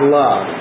love